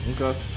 Okay